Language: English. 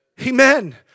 Amen